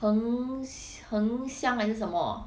heng s~ 恒香还是什么